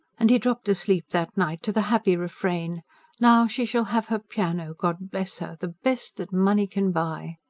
and he dropped asleep that night to the happy refrain now she shall have her piano, god bless her. the best that money can buy.